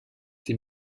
sie